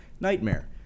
nightmare